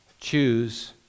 choose